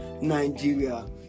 Nigeria